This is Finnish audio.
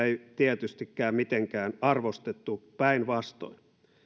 ei tietystikään mitenkään arvostettu päinvastoin